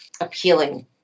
appealing